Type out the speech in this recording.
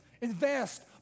invest